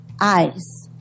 eyes